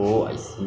ya sedap